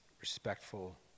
respectful